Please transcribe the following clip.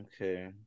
okay